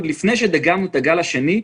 עוד לפני שדגמנו את הגל השני,